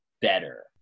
better